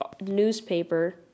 newspaper